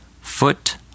Foot